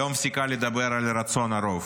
לא מפסיקה לדבר על רצון הרוב.